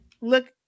Look